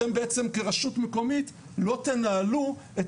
אתם בעצם כרשות מקומית לא תנהלו את